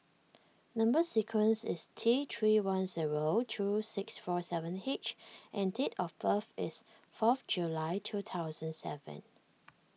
Number Sequence is T three one zero two six four seven H and date of birth is fourth July two thousand seven